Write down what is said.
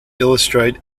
illustrate